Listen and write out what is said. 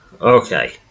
Okay